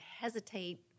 hesitate